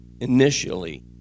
initially